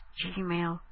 gmail